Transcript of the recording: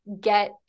get